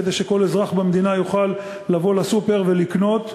כדי שכל אזרח במדינה יוכל לבוא לסופר ולקנות,